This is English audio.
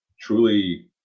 truly